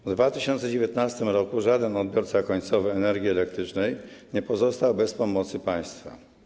W 2019 r. żaden odbiorca końcowy energii elektrycznej nie pozostał bez pomocy państwa.